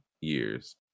years